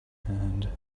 hand